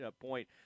point